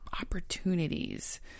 opportunities